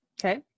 Okay